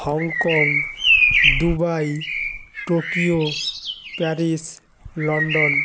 Hong Kong Dubai Tokyo Paris London